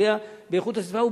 פוגע באיכות הסביבה,